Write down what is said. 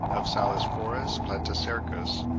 of selasphorus platycercus,